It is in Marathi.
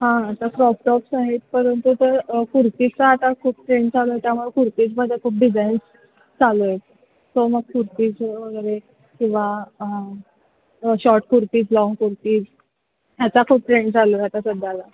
हां आता क्रॉप टॉप्स आहेत परंतु तर कुर्तीचा आता खूप ट्रेंड चालू आहे त्यामुळं कुर्तीजमध्ये खूप डिझाईन्स चालू आहेत सो मग कुर्तीज वगैरे किंवा शॉर्ट कुर्तीज लाँग कुर्तीज ह्याचा खूप ट्रेंड चालू आहे आता सध्याला